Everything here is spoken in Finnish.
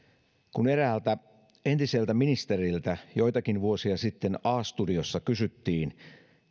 kun eräältä entiseltä ministeriltä joitakin vuosia sitten a studiossa kysyttiin